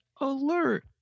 alert